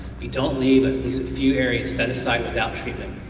if you don't leave at least a few areas set aside without treatment,